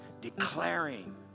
declaring